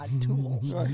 tools